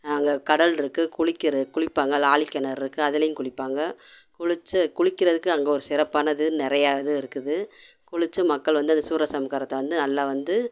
அங்கே கடல் இருக்கும் குளிக்கின்ற குளிப்பாங்கள் அதில் ஆழிக்கெணறு இருக்கும் அதிலையும் குளிப்பாங்கள் குளிச்சு குளிக்கிறதுக்கும் அங்கே ஒரு சிறப்பானது நிறையா இது இருக்கும் குளிச்சு மக்கள் வந்து அந்த சூரசம்காரத்தை வந்து நல்லா வந்து